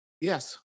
Yes